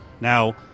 Now